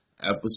Episode